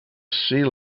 sea